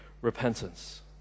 repentance